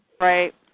Right